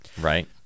right